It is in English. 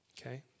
Okay